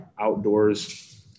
outdoors